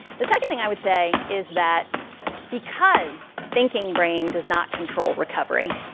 the second thing i would say is that because thinking brain does not control recovery,